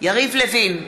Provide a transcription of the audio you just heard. יריב לוין,